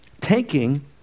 taking